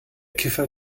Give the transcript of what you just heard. kiffer